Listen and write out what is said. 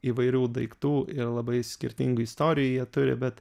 įvairių daiktų ir labai skirtingų istorijų jie turi bet